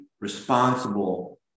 responsible